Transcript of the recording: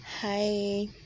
Hi